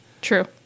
True